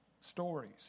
stories